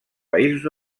països